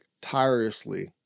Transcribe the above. tirelessly